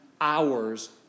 hours